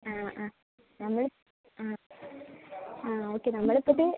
ആ ആ നമ്മൾ ആ ആ ഓക്കെ നമ്മളിപ്പോൾ തൊട്ട്